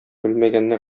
белмәгәнне